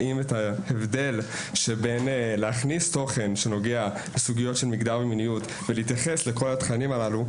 הכנסת תוכן שנוגע לסוגיות של מגדר ומיניות והתייחסות לכל התכנים הללו,